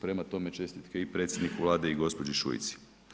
Prema tome, čestitke i predsjedniku Vlade i gospođi Šuici.